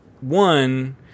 one